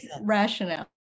rationale